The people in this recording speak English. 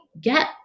get